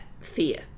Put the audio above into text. fear